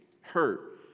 hurt